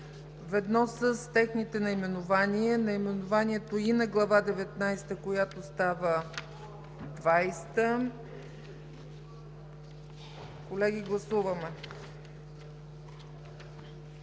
ведно с техните наименования, наименованието и на Глава 19, която става Глава 20 и Глава